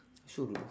soon